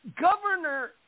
Governor